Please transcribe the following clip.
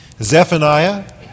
Zephaniah